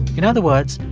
in other words,